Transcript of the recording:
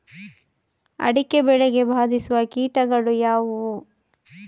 ಅಡಿಕೆ ಬೆಳೆಗೆ ಬಾಧಿಸುವ ಕೀಟಗಳು ಯಾವುವು?